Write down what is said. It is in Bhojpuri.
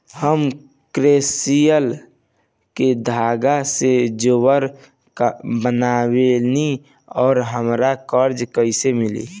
हम क्रोशिया के धागा से जेवर बनावेनी और हमरा कर्जा कइसे मिली?